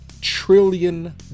trillion